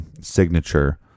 signature